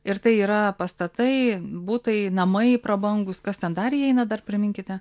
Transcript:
ir tai yra pastatai butai namai prabangūs kas ten dar įeina dar priminkite